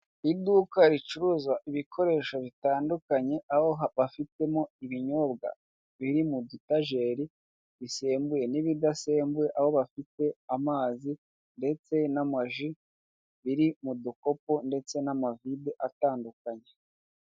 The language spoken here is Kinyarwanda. Iduka ricuruza ibikoresho bitandukanye, aho bafitemo ibinyobwa biri mu dutajeri bisembuye n'ibidasembuye, aho bafite amazi ndetse n'ama ji biri mu dukopo ndetse n'amavide atandukanye.